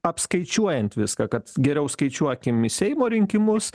apskaičiuojant viską kad geriau skaičiuokim seimo rinkimus